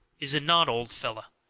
is it not, old fellow?